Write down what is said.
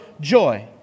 joy